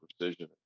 Precision